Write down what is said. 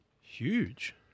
Huge